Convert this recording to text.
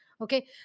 okay